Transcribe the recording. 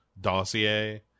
dossier